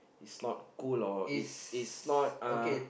it's not cool or it's it's not uh